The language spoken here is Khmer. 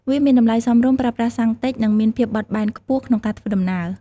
វាមានតម្លៃសមរម្យ ប្រើប្រាស់សាំងតិចនិងមានភាពបត់បែនខ្ពស់ក្នុងការធ្វើដំណើរ។